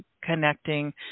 connecting